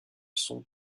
son